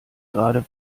gerade